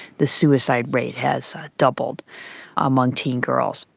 the suicide rate has ah doubled among teen girls.